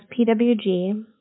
PWG